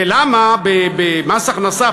ולמה במס הכנסה,